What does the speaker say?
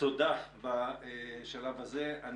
תודה בשלב הזה.